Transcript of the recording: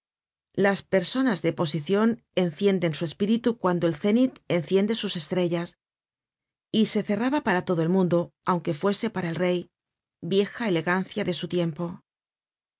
las personas de posicion encienden su espíritu cuando el cénit enciende sus estrellas y se cerraba para todo el mundo aunque fuese para el rey vieja elegancia de su tiempo